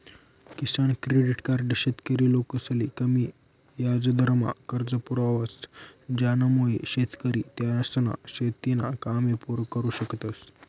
किसान credit card शेतकरी लोकसले कमी याजदरमा कर्ज पुरावस ज्यानामुये शेतकरी त्यासना शेतीना कामे पुरा करु शकतस